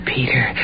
Peter